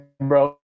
bro